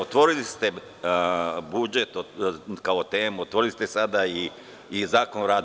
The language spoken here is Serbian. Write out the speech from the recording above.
Otvorili ste budžet kao temu, otvorili ste sada i Zakon o radu.